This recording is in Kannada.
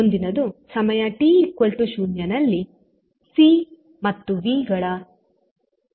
ಮುಂದಿನದು ಸಮಯ t 0 ನಲ್ಲಿ ಸಿ ಮತ್ತು ವಿ ಗಳ ಗುಣಲಬ್ಧ